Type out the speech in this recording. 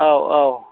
औ औ